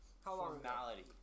formality